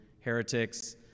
heretics